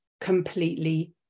completely